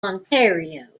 ontario